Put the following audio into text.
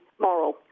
moral